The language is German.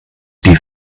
die